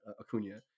Acuna